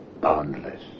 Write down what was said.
boundless